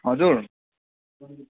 हजुर